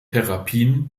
therapien